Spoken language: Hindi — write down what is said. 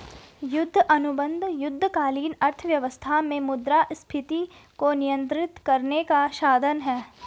युद्ध अनुबंध युद्धकालीन अर्थव्यवस्था में मुद्रास्फीति को नियंत्रित करने का साधन हैं